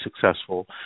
successful